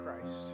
Christ